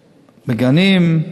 בגנים,